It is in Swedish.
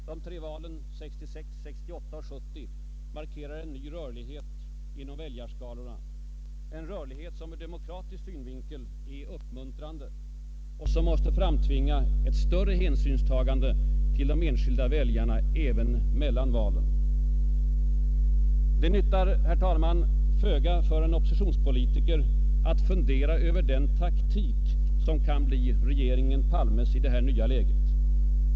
De tre valen 1966, 1968 och 1970 markerar en ny rörlighet inom väljarskarorna, en rörlighet som ur demokratisk synvinkel är uppmuntrande och som måste framtvinga ett större hänsynstagande till de enskilda väljarna. Det nyttar, herr talman, föga för en oppositionspolitiker att fundera över den taktik som kan bli regeringen Palmes i detta nya läge.